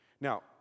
Now